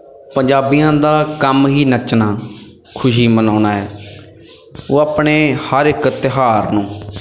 ਪੰਜਾਬੀਆਂ ਦਾ ਕੰਮ ਹੀ ਨੱਚਣਾ ਖੁਸ਼ੀ ਮਨਾਉਣਾ ਹੈ ਉਹ ਆਪਣੇ ਹਰ ਇੱਕ ਤਿਉਹਾਰ ਨੂੰ